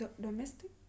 domestic